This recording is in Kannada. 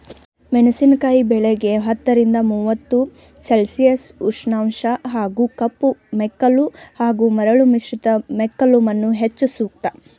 ಮೆಣಸಿನಕಾಯಿ ಬೆಳೆಗೆ ಹತ್ತರಿಂದ ಮೂವತ್ತು ಸೆ ಉಷ್ಣಾಂಶ ಹಾಗೂ ಕಪ್ಪುಮೆಕ್ಕಲು ಹಾಗೂ ಮರಳು ಮಿಶ್ರಿತ ಮೆಕ್ಕಲುಮಣ್ಣು ಹೆಚ್ಚು ಸೂಕ್ತ